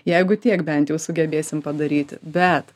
jeigu tiek bent jau sugebėsim padaryti bet